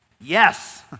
Yes